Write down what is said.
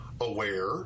aware